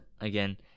again